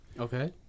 Okay